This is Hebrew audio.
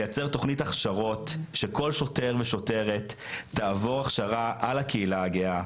לייצר תוכנית הכשרות שכל שוטר ושוטרת יעבור הכשרה על הקהילה הגאה,